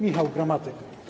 Michał Gramatyka.